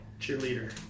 cheerleader